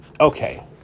Okay